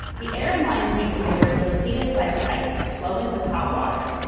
the air in lion's incubator was heated by a pipe flowing with hot water.